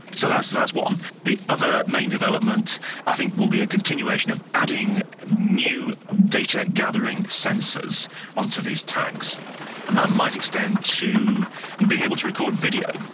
so that's that's one. the other main development i think will be a continuation of adding new data gathering sensors onto these tags, and that might extend to and being able to record video.